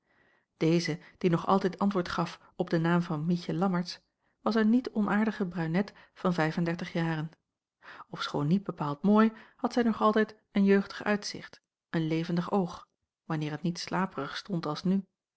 deze die nog altijd antwoord gaf op den naam van mietje lammertsz was een niet onaardige bruinet van vijf-en-dertig jaren ofschoon niet bepaald mooi had zij nog altijd een jeugdig uitzicht een levendig oog wanneer het niet slaperig stond als nu